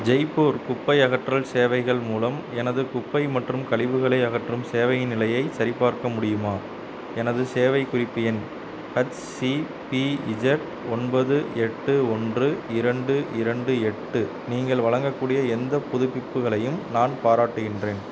ஜெய்ப்பூர் குப்பை அகற்றல் சேவைகள் மூலம் எனது குப்பை மற்றும் கழிவுகளை அகற்றும் சேவையின் நிலையைச் சரிபார்க்க முடியுமா எனது சேவைக் குறிப்பு எண் ஹச் சி பி இஜட் ஒன்பது எட்டு ஒன்று இரண்டு இரண்டு எட்டு நீங்கள் வழங்கக்கூடிய எந்த புதுப்பிப்புகளையும் நான் பாராட்டுகின்றேன்